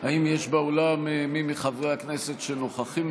האם יש באולם מי מחברי הכנסת שנוכחים